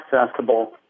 accessible